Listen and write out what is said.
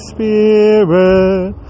Spirit